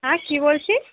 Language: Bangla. হ্যাঁ কি বলছিস